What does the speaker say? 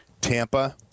Tampa